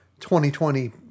2020